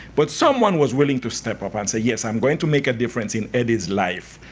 but someone was willing to step up and say yes, i'm going to make a difference in eddy's life.